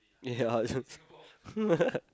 yeah